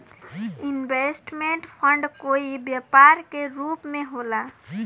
investment fund कोई व्यापार के रूप में होला